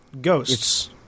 Ghosts